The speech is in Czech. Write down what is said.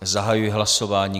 Zahajuji hlasování.